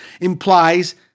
implies